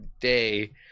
day